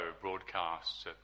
broadcasts